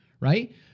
right